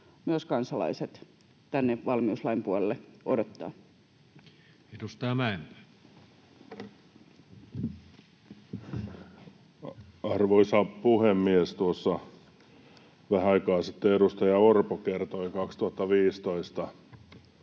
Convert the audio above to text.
myös kansalaiset tänne valmiuslain puolelle odottaa. Edustaja Mäenpää. Arvoisa puhemies! Tuossa vähän aikaa sitten edustaja Orpo kertoi